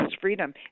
freedom